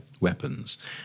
weapons